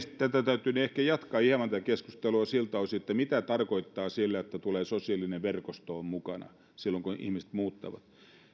tätä keskustelua täytyy ehkä hieman jatkaa siltä osin mitä tarkoitetaan sillä että tulee sosiaalinen verkosto mukana silloin kun ihmiset muuttavat